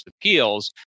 appeals